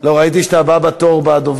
ראיתי שאתה הבא בתור בדוברים.